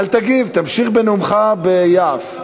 אל תגיב, תמשיך בנאומך ביעף.